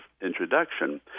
introduction